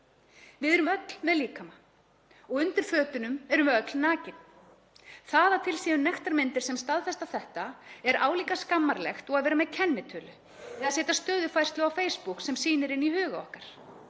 Við erum öll með líkama og undir fötunum erum við öll nakin. Það að til séu nektarmyndir sem staðfesta þetta er álíka skammarlegt og að vera með kennitölu eða setja stöðufærslu á Facebook sem sýnir inn í huga okkar.